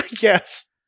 Yes